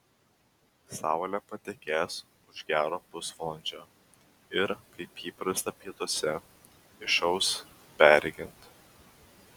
saulė patekės už gero pusvalandžio ir kaip įprasta pietuose išauš beregint